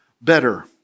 better